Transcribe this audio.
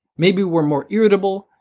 maybe were more irritable,